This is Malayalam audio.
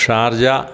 ഷാർജ